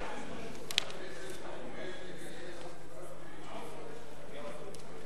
חבר הכנסת יקריא את